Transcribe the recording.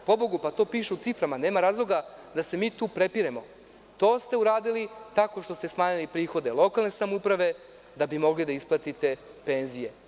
To piše u ciframa, nema razloga da se prepiremo, to ste uradili tako što ste smanjili prihode lokalne samouprave da bi mogli da isplatite penzije.